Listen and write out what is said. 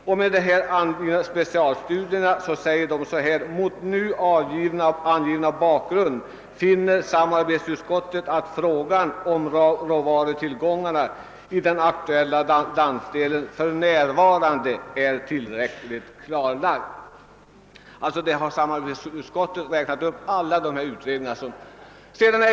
Mot bakgrunden av angivna specialstudier anför samarbetsutskottet följande: »Mot nu angivna bakgrund finner samarbetsutskottet att frågan om råvarutillgångarna i den aktuella landsdelen för närvarande är tillräckligt klarlagd.« Samarbetsutskottet har alltså räknat upp alla dessa utredningar.